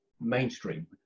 mainstream